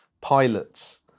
pilots